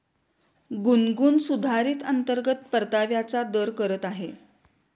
गुनगुन सुधारित अंतर्गत परताव्याचा दर करत आहे